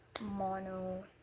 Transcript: Mono